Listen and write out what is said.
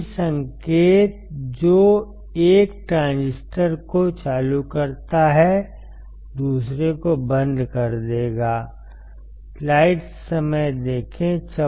वही संकेत जो एक ट्रांजिस्टर को चालू करता है दूसरे को बंद कर देगा